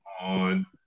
on